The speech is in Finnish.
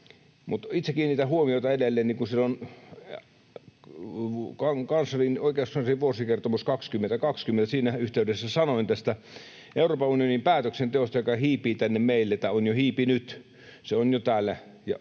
itse kiinnitän huomiota edelleen — niin kuin silloin oikeuskanslerin vuoden 2020 kertomuksen yhteydessä sanoin tästä — Euroopan unionin päätöksentekoon, joka hiipii tänne meille, tai on jo hiipinyt. Se on jo täällä